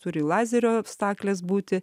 turi lazerio staklės būti